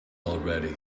already